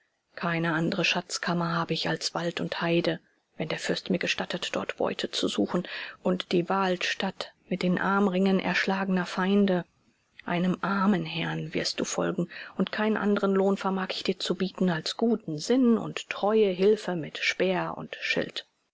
keine andere schatzkammer habe ich als wald und heide wenn der fürst mir gestattet dort beute zu suchen und die walstatt mit den armringen erschlagener feinde einem armen herrn wirst du folgen und keinen anderen lohn vermag ich dir zu bieten als guten sinn und treue hilfe mit speer und schild